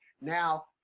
now